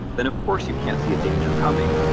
then of course you can't see a danger coming,